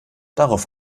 darauf